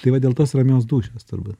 tai va dėl tos ramios dūšios turbūt